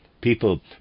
People